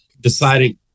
deciding